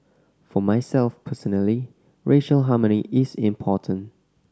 for myself personally racial harmony is important